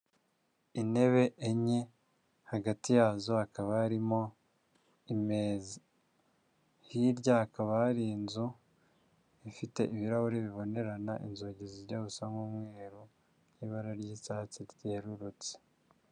iIntebe enye, hagati yazo hakaba harimo imeza. Hirya hakaba hari inzu ifite ibirahure bibonerana, inzugi zijya gusa nk'umweru n'ibara ry'icyatsi ryerurutse.